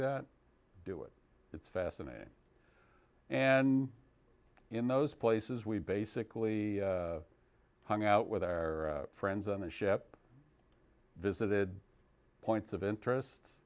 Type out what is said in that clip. that do it it's fascinating and in those places we basically hung out with our friends on the ship visited points of interest